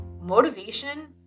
motivation